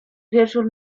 wieczór